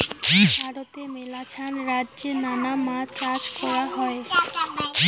ভারতে মেলাছান রাইজ্যে নানা মাছ চাষ করাঙ হই